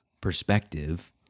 perspective